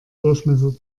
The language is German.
durchmesser